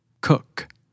Cook